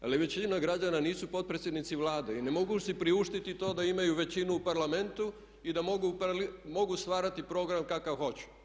Ali većina građana nisu potpredsjednici Vlade i ne mogu si priuštiti to da imaju većinu u Parlamentu i da mogu stvarati program kakav hoće.